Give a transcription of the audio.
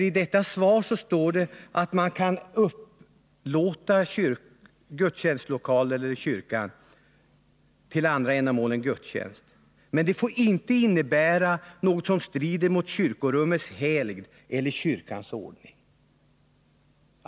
I svaret står nämligen att gudstjänstlokaler kan upplåtas till andra ändamål än gudstjänster, om upplåtelsen inte innebär ”något som strider mot kyrkorummets helgd eller kyrkans ordning”.